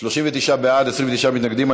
39 בעד, 29 מתנגדים.